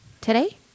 Today